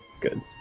Good